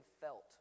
felt